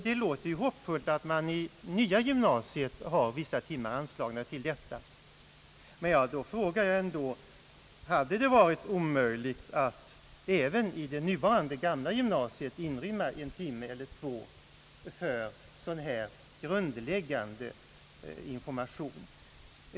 Det låter hoppfullt att det i det nya gymnasiet finns vissa timmar anslagna för det ändamål det här gäller, men jag frågar ändå: Hade det inte varit möjligt att i det nuvarande gamla gymnasiet inrymma en eller ett par timmar för en sådan här grundläggande information?